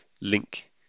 Link